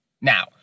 Now